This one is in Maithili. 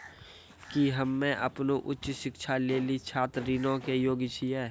कि हम्मे अपनो उच्च शिक्षा लेली छात्र ऋणो के योग्य छियै?